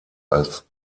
als